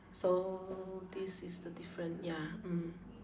so this is the different ya mm